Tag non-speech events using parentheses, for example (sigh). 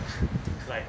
(laughs)